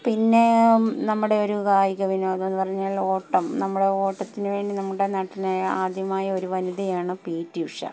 പിന്നെ നമ്മുടെ ഒരു കായിക വിനോദം എന്ന് പറഞ്ഞാൽ ഓട്ടം നമ്മുടെ ഓട്ടത്തിന് വേണ്ടി നമ്മുടെ നാട്ടിനെ ആദ്യമായ ഒരു വനിതയാണ് പി ടി ഉഷാ